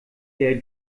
der